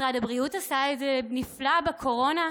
משרד הבריאות עשה את זה נפלא בקורונה,